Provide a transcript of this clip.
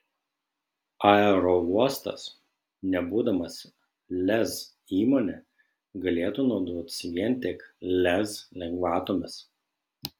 aerouostas nebūdamas lez įmone galėtų naudotis vien tik lez lengvatomis